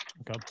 Okay